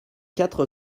quatre